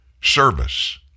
service